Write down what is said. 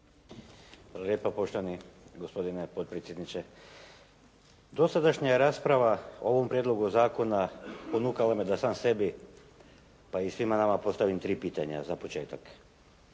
lijepa poštovani gospodine potpredsjedniče. Dosadašnja rasprava o ovom prijedlogu zakona ponukala me da sam sebi pa i svima nama postavim tri pitanja za početak.